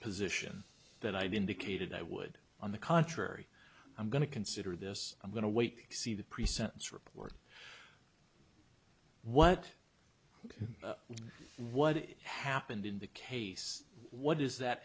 position that i've indicated i would on the contrary i'm going to consider this i'm going to wait to see the pre sentence report what what happened in the case what is that